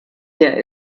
der